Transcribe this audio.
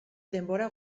denbora